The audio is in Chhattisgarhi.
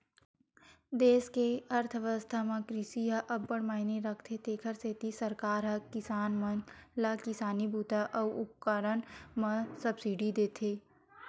देस के अर्थबेवस्था म कृषि ह अब्बड़ मायने राखथे तेखर सेती सरकार ह किसान मन ल किसानी बूता अउ उपकरन म सब्सिडी देथे